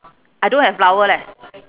I don't have flower leh